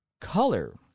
color